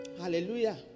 Hallelujah